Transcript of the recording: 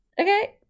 Okay